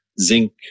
zinc